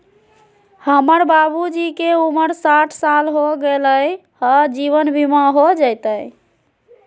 हमर बाबूजी के उमर साठ साल हो गैलई ह, जीवन बीमा हो जैतई?